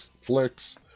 flicks